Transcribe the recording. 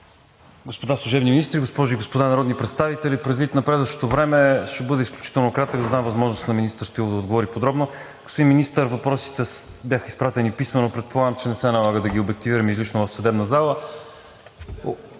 Господа служебни министри, госпожи и господа народни представители! Предвид напредващото време ще бъда изключително кратък, за да дам възможност на министър Стоилов да отговори подробно. Господин Министър, въпросите бяха изпратени писмено, предполагам, че не се налага да ги обективирам излишно в съдебната зала...